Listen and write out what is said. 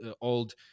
old